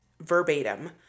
verbatim